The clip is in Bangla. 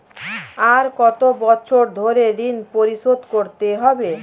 আর কত বছর ধরে ঋণ পরিশোধ করতে হবে?